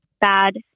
bad